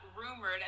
rumored